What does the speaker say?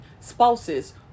spouses